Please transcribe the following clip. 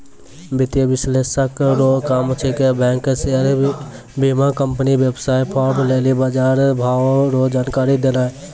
वित्तीय विश्लेषक रो काम छिकै बैंक शेयर बीमाकम्पनी वेवसाय फार्म लेली बजारभाव रो जानकारी देनाय